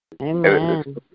Amen